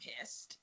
pissed